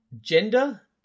Gender